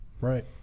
Right